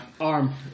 Arm